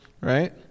right